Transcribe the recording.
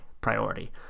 priority